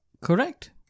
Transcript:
Correct